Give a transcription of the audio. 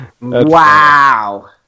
Wow